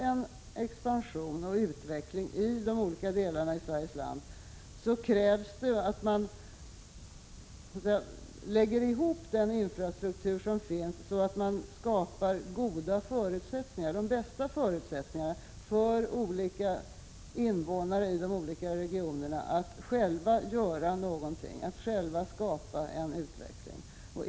För expansion och utveckling av de olika delarna av Sveriges land krävs det att man lägger ihop den infrastruktur som finns. På det sättet skapar man de bästa förutsättningarna för invånare i de olika regionerna att själva göra någonting, att själva skapa en utveckling.